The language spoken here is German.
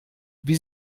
wie